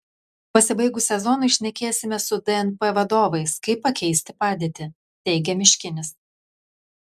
pasibaigus sezonui šnekėsime su dnp vadovais kaip pakeisti padėtį teigia miškinis